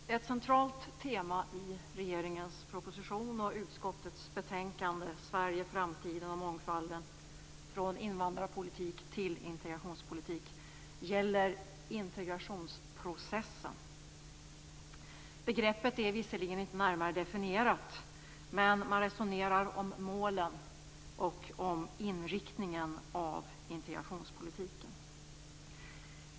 Fru talman! Ett centralt tema i regeringens proposition och i utskottets betänkande Sverige, framtiden och mångfalden - från invandrarpolitik till integrationspolitik är integrationsprocessen. Begreppet är visserligen inte närmare definierat, men man resonerar om målen för och inriktningen av integrationspolitiken.